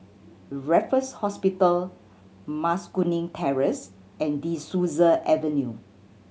Raffles Hospital Mas Kuning Terrace and De Souza Avenue